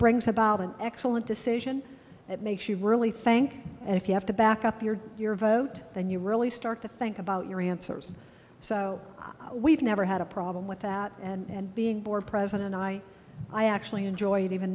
brings about an excellent decision it makes you really think and if you have to back up your your vote then you really start to think about your answers so we've never had a problem with that and being board president i i actually enjoy it even